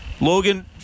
Logan